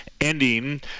ending